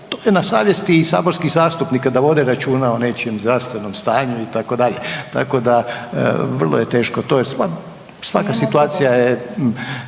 to je na savjesti i saborskih zastupnika da vode računa o nečijem zdravstvenom stanju itd., tako da vrlo je teško, to je, svaka situacija ima